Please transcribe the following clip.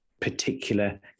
particular